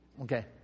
Okay